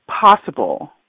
possible